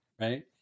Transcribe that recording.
Right